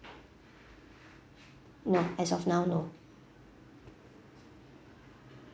no as of now no